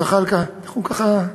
זחאלקה, אנחנו, ככה,